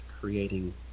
creating